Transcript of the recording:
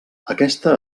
aquesta